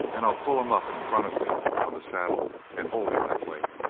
and i'll pull him up in front of me on the saddle, and hold him that way.